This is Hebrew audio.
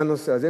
לנושא הזה.